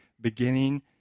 beginning